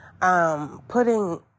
putting